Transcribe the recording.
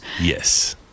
Yes